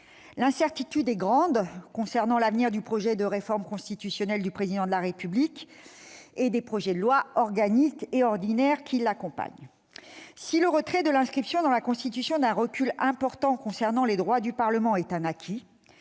L'incertitude est grande concernant l'avenir du projet de réforme constitutionnelle du Président de la République et des projets de loi organique et ordinaire qui l'accompagnent. Si le retrait de l'inscription dans la Constitution d'un recul important concernant les droits du Parlement est un acquis,